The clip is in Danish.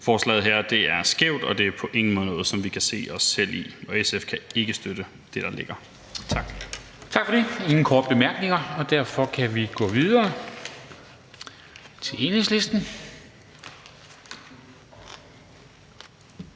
Forslaget her er skævt, og det er på ingen måde noget, som vi kan se os selv i. SF kan ikke støtte det, der ligger. Tak. Kl. 23:10 Formanden (Henrik Dam Kristensen): Tak for det. Ingen korte bemærkninger, og derfor kan vi gå videre til Enhedslisten.